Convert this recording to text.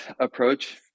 approach